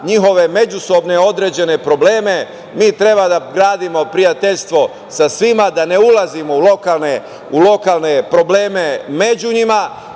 njihove međusobne određene probleme. Mi treba da gradimo prijateljstvo sa svima, da ne ulazimo u lokalne probleme među njima